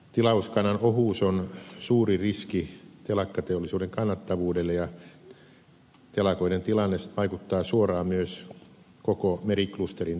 tilauskannan ohuus on suuri riski telakkateollisuuden kannattavuudelle ja telakoiden tilanne vaikuttaa suoraan myös koko meriklusterin työllisyystilanteeseen